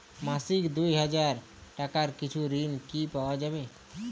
মাসিক দুই হাজার টাকার কিছু ঋণ কি পাওয়া যাবে?